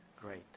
great